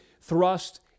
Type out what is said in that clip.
thrust